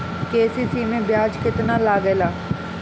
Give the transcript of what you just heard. KCC मै ब्याज केतनि लागेला?